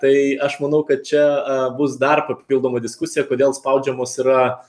tai aš manau kad čia bus dar papildoma diskusija kodėl spaudžiamos yra